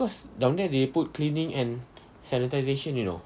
because down there they put cleaning and sanitisation you know